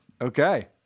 Okay